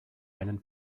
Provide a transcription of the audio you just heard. einen